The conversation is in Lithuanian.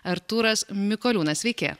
artūras mikoliūnas sveiki